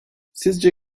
sizce